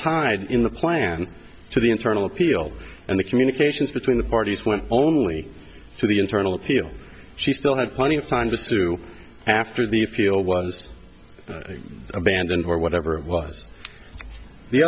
tied in the plan to the internal appeal and the communications between the parties went only to the internal appeal she still had plenty of time to sue after the appeal was abandoned or whatever it was the